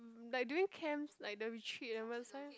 mm like during camps like the retreat and work eh